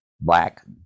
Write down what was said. black